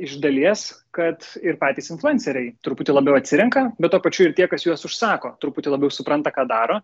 iš dalies kad ir patys influenceriai truputį labiau atsirenka bet tuo pačiu ir tie kas juos užsako truputį labiau supranta ką daro